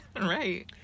Right